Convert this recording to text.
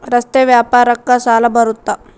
ರಸ್ತೆ ವ್ಯಾಪಾರಕ್ಕ ಸಾಲ ಬರುತ್ತಾ?